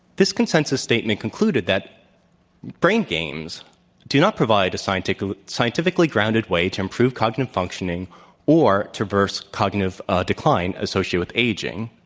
this consensus statement concluded that brain games do not provide a scientifically scientifically grounded way to improve cognitive functioning or to reverse cognitive decline associated with aging.